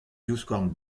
divskouarn